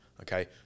okay